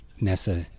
Nessa